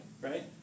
right